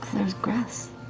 there's grass.